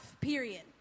period